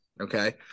okay